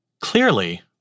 Clearly